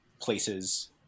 places